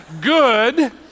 good